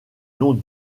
long